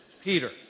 Peter